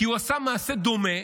כי הוא עשה מעשה דומה